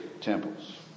temples